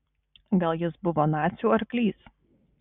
gal jis buvo nacių arklys